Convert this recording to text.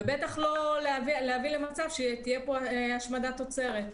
ובטח, לא להביא למצב שתהיה פה השמדת תוצרת.